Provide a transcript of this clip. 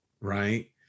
right